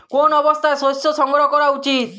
কোন অবস্থায় শস্য সংগ্রহ করা উচিৎ?